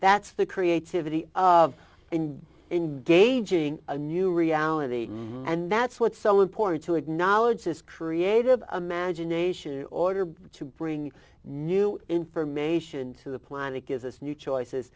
that's the creativity of in engaging a new reality and that's what's so important to acknowledge his creative imagination in order to bring new information to the planet gives us new choices